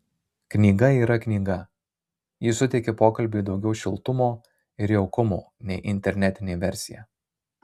knyga yra knyga ji suteikia pokalbiui daugiau šiltumo ir jaukumo nei internetinė versija